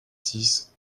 six